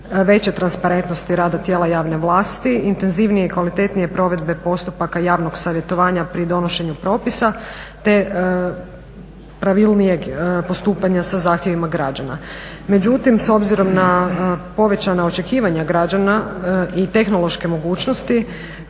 veće transparentnosti rada tijela javne vlasti, intenzivnije i kvalitetnije provedbe postupaka javnog savjetovanja pri donošenju propisa te pravilnijeg postupanja sa zahtjevima građana. Međutim, s obzirom na povećana očekivanja građana i tehnološke mogućnosti